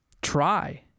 try